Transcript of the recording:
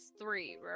three